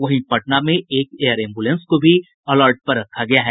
वहीं पटना में एक एयर एम्ब्रेलंस को भी अलर्ट पर रखा गया है